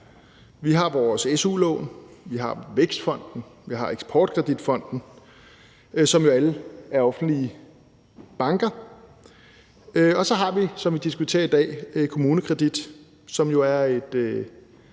Vi har vores su-lån, vi har Vækstfonden, og vi har Eksport Kredit Fonden, som alle er offentlige banker, og så har vi, som vi diskuterer i dag, KommuneKredit, som er et